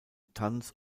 tanz